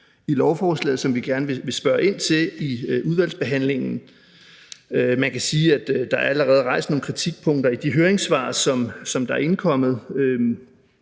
i lovforslaget, som vi gerne vil spørge ind til i udvalgsbehandlingen. Man kan sige, at der allerede er rejst nogle kritikpunkter i de høringssvar, som der er indkommet.